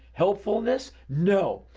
helpfulness? no.